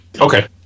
Okay